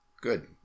Good